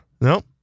Nope